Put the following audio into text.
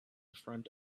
front